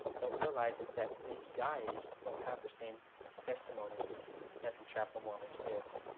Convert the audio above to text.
don't realize is that these guys don't have the same testimony that the chapel mormons do.